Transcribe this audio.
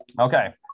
Okay